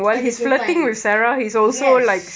at the same time yes